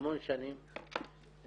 המון שנים,